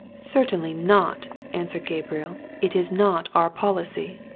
certainly not! answered gabriel. it is not our policy.